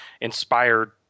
inspired